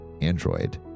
android